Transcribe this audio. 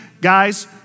guys